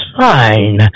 fine